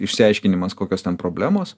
išsiaiškinimas kokios ten problemos